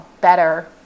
better